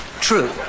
True